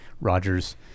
Roger's